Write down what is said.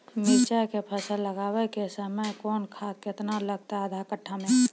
मिरचाय के फसल लगाबै के समय कौन खाद केतना लागतै आधा कट्ठा मे?